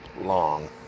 long